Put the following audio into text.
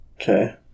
Okay